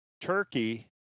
Turkey